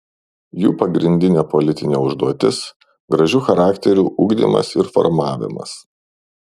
jų pagrindinė politinė užduotis gražių charakterių ugdymas ir formavimas